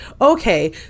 okay